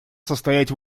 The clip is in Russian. состоять